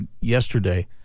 yesterday